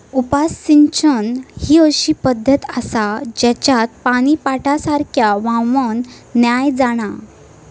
उपसा सिंचन ही अशी पद्धत आसा जेच्यात पानी पाटासारख्या व्हावान नाय जाणा